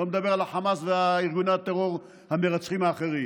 שלא לדבר על החמאס וארגוני הטרור המרצחים האחרים.